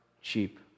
cheap